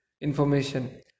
information